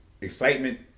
excitement